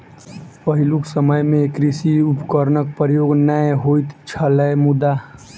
पहिलुक समय मे कृषि उपकरणक प्रयोग नै होइत छलै मुदा